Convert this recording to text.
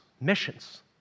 missions